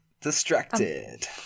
distracted